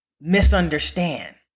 misunderstand